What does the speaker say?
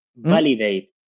Validate